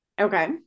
Okay